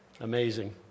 Amazing